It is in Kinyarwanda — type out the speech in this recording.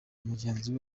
mugenzi